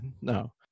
no